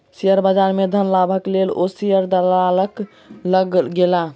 share बजार में धन लाभक लेल ओ शेयर दलालक लग गेला